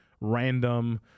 random